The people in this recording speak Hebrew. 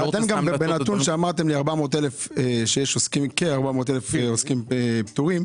אמרתם לי נתון של כ-400,000 עוסקים פטורים.